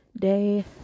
day